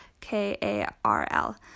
K-A-R-L